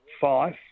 five